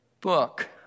book